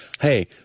hey